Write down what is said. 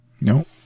No